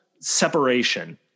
separation